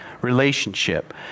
relationship